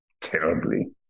terribly